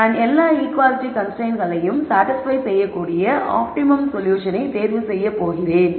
நான் எல்லா ஈக்குவாலிட்டி கன்ஸ்ரைன்ட்ஸ்களையும் சாடிஸ்பய் செய்யக்கூடிய ஆப்டிமம் சொல்யூஷனை தேர்வு செய்யப் போகிறேன்